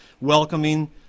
welcoming